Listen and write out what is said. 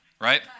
right